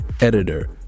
editor